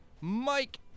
Mike